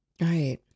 Right